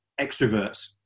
extroverts